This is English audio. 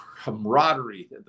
camaraderie